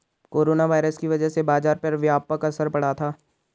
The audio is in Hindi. कोरोना वायरस की वजह से बाजार पर व्यापक असर पड़ा था